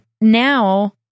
now